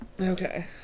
Okay